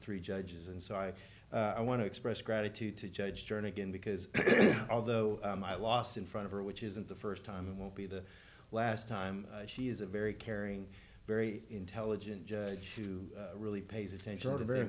three judges and so i i want to express gratitude to judge jernigan because although my loss in front of her which isn't the first time and won't be the last time she is a very caring very intelligent judge to really pays attention to